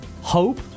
Hope